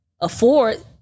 afford